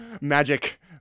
Magic